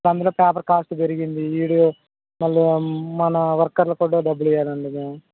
అందులో paper cost పెరిగింది వీడియో మళ్ళీ మన వర్కర్లకు కూడా డబ్బులు ఇవ్వాలండి మేము